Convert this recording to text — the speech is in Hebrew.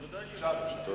כל